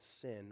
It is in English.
sin